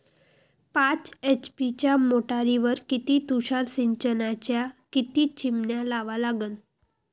पाच एच.पी च्या मोटारीवर किती तुषार सिंचनाच्या किती चिमन्या लावा लागन?